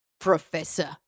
Professor